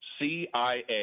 CIA